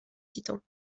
titans